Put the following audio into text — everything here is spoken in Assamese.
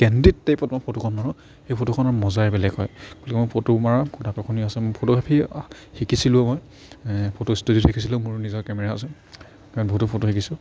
কেণ্ডিড টাইপত মই ফটোখন মাৰোঁ সেই ফটোখনৰ মজাই বেলেগ হয় গতিকে মই ফটো মৰাৰ কথাটো সুধি আছে মই ফটোগ্ৰাফী শিকিছিলোঁও মই ফটো ষ্টুডিঅ'ত শিকিছিলোঁ মোৰ নিজৰ কেমেৰা আছে মই বহুতো ফটো শিকিছোঁ